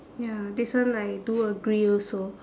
ya this one I do agree also